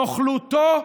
נוכלותו,